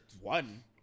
one